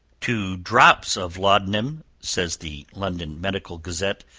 two drops of laudanum, says the london medical gazette,